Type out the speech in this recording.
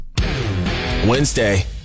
Wednesday